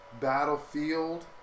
Battlefield